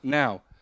now